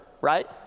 right